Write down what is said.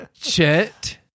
Chet